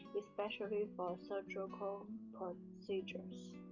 especially for surgical procedures.